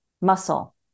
muscle